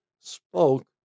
spoke